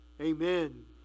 Amen